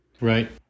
Right